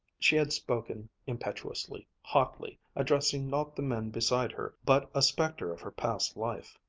she had spoken impetuously, hotly, addressing not the men beside her but a specter of her past life.